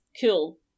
Cool